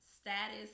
status